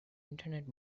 internet